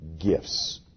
gifts